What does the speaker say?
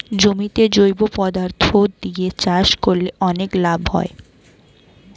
জমিতে জৈব পদার্থ দিয়ে চাষ করলে অনেক লাভ হয়